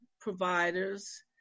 providers